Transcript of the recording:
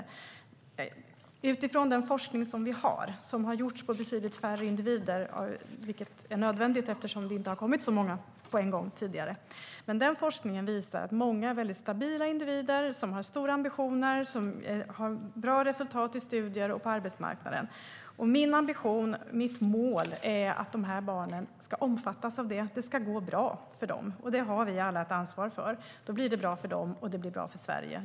Faktum är att den forskning vi har - som har gjorts på betydligt färre individer, vilket var nödvändigt eftersom det aldrig tidigare har kommit så många på en gång - visar att många av dem är stabila individer som har stora ambitioner och bra resultat i studier och på arbetsmarknaden. Min ambition, mitt mål, är att de här barnen ska omfattas av det. Det ska gå bra för dem, och det har vi alla ett ansvar för. Då blir det bra för dem, och det blir bra för Sverige.